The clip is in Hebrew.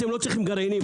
אתם לא צריכים גרעינים.